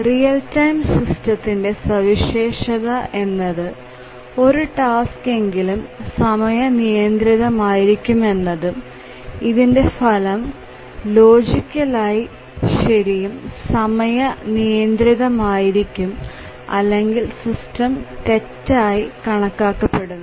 real time സിസ്റ്റംത്തിന്ടെ സവിശേഷത എന്നത് ഒരു ടാസ്ക്സ് എങ്കിലും സമയ നിയത്രിതമായിരിക്കുമെന്നതും ഇതിന്റെ ഫലം ലോജിക്കൽ ആയി ശെരിയും സമയ നിയത്രിതമായിരികും അല്ലെകിൽ സിസ്റ്റം തെറ്റായി കണക്കാക്കപെടുന്നു